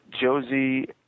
Josie